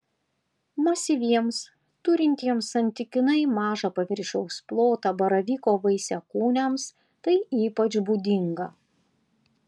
masyviems turintiems santykinai mažą paviršiaus plotą baravyko vaisiakūniams tai ypač būdinga